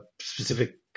specific